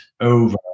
over